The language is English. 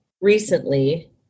recently